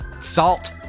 Salt